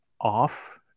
off